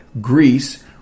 Greece